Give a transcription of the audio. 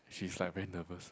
she's like very nervous